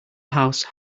house